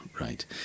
right